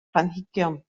planhigion